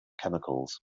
chemicals